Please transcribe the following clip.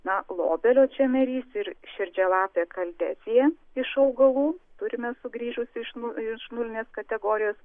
na lobelio čemerys ir širdžialapė kaldesija iš augalų turime sugrįžusį iš nu iš nulinės kategorijos